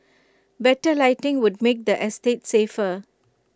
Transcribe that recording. better lighting would make the estate safer